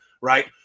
right